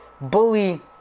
bully